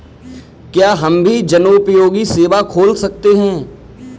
क्या हम भी जनोपयोगी सेवा खोल सकते हैं?